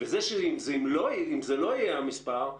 שאם זה לא יהיה המספר,